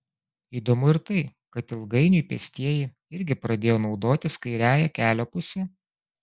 įdomu ir tai kad ilgainiui pėstieji irgi pradėjo naudotis kairiąja kelio puse